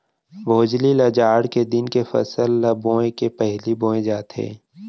भोजली ल जाड़ के दिन के फसल ल बोए के पहिली बोए जाथे